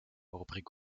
reprit